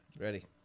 Ready